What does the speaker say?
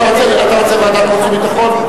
אתה רוצה ועדת חוץ וביטחון?